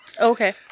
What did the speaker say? Okay